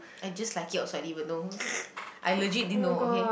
I just like it also I didn't even know I legit didn't know okay